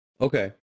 Okay